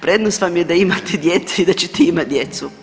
Prednost vam je da imate dijete i da ćete imati djecu.